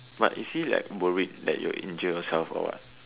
but is he like worried that your injury self or what